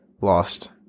lost